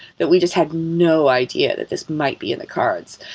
that we just had no idea that this might be in the cards.